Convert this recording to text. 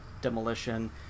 demolition